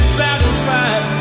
satisfied